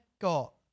got